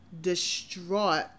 distraught